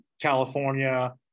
California